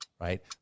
Right